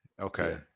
okay